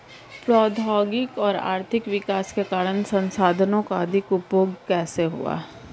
प्रौद्योगिक और आर्थिक विकास के कारण संसाधानों का अधिक उपभोग कैसे हुआ है?